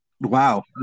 Wow